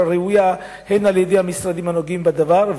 ראויה הן על-ידי המשרדים הנוגעים בדבר,